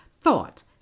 Thought